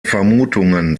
vermutungen